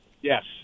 yes